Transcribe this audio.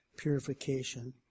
purification